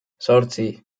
zortzi